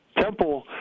Temple